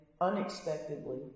unexpectedly